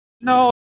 No